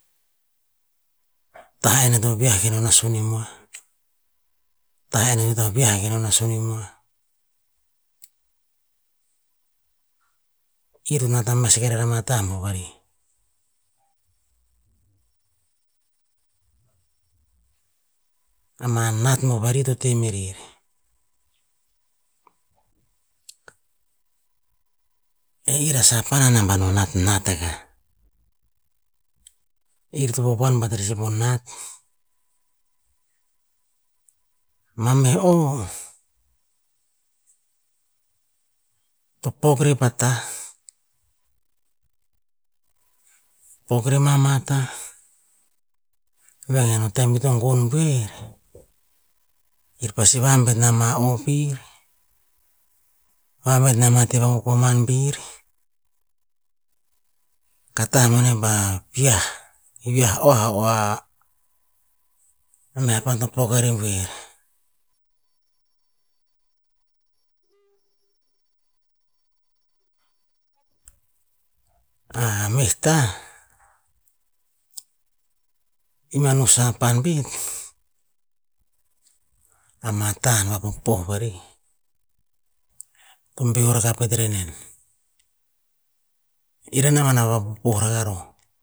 Tah enn a to viah kenon a soni moah, tah enn i to ita viah kenon a soni moah. Kir nat a mess rakah rer a mata mo vari. Ama nat mo vari to teh me rere. E ira sapan anamban o natnat a kah. Ir to popoan bata ris e po nat, ma meh o, to pok rer pa tah, pok re mama tah, vengen po tem ito gonn buer, ir pasi vambet nama o pir, vavet na mah teh vakokoman vir, ka tah boneh pa viah, viah oah oah meh pan to pok ma roh buer. A meh tah, i mano sapan vin, ama tah na vapopoh vari, to beor rakah pet rer nen. Ir ama ban a pa vapopoh rara roh